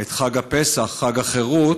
את חג הפסח, חג החירות,